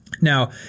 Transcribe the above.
Now